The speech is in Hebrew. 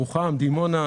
בירוחם, בדימונה.